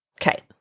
Okay